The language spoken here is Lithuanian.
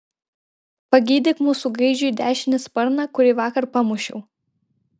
pagydyk mūsų gaidžiui dešinį sparną kurį vakar pamušiau